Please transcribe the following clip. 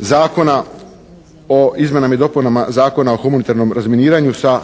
Zakona o izmjenama i dopunama Zakona o humanitarnom razminiranju sa